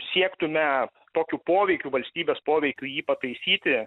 siektume tokių poveikių valstybės poveikių jį pataisyti